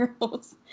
girls